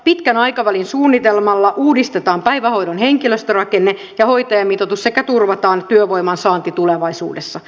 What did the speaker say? pitkän aikavälin suunnitelmalla uudistetaan päivähoidon henkilöstörakenne ja hoitajamitoitus sekä turvataan työvoiman saanti tulevaisuudessa